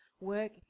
work